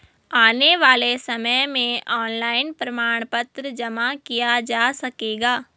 आने वाले समय में ऑनलाइन प्रमाण पत्र जमा किया जा सकेगा